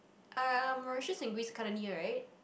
um Mauritius and Greece kinda near right